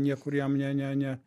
niekur jam ne ne ne